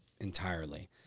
entirely